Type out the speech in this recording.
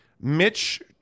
Mitch